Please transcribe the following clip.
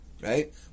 Right